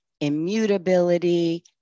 immutability